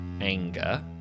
anger